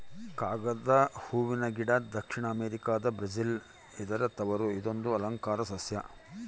ಕಾಗದ ಹೂವನ ಗಿಡ ದಕ್ಷಿಣ ಅಮೆರಿಕಾದ ಬ್ರೆಜಿಲ್ ಇದರ ತವರು ಇದೊಂದು ಅಲಂಕಾರ ಸಸ್ಯ